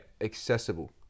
accessible